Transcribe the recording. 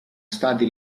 stati